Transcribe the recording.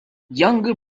younger